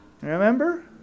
Remember